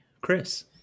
Chris